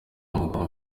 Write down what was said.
umugabo